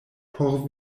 por